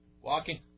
Walking